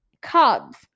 Cubs